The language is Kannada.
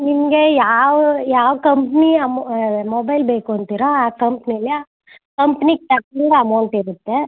ನಿಮಗೆ ಯಾವ ಯಾವ ಕಂಪ್ನಿ ಆ ಮ ಮೊಬೈಲ್ ಬೇಕು ಅಂತೀರ ಆ ಕಂಪ್ನೀಲಿ ಕಂಪ್ನಿಗೆ ತಕ್ಕಂಗೆ ಅಮೌಂಟ್ ಇರುತ್ತೆ